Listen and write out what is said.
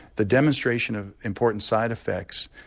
the demonstration of important side effects,